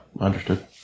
understood